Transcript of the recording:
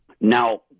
Now